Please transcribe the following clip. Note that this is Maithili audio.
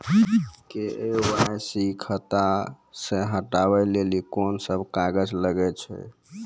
के.वाई.सी खाता से हटाबै लेली कोंन सब कागज लगे छै?